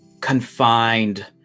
confined